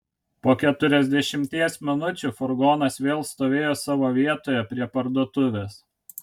po keturiasdešimties minučių furgonas vėl stovėjo savo vietoje prie parduotuvės